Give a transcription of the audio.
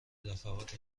دفعات